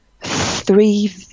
three